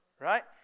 right